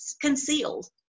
concealed